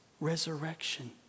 resurrection